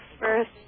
first